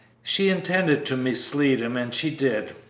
she intended to mislead him, and she did.